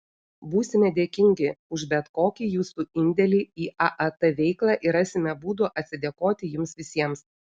būsime dėkingi už bet kokį jūsų indėlį į aat veiklą ir rasime būdų atsidėkoti jums visiems